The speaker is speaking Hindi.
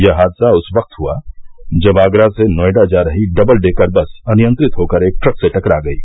यह हादसा उस वक्त हुआ जब आगरा से नोएडा जा रही डबल डेकर बस अनियंत्रित होकर एक ट्रक से टकरा गयी